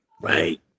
right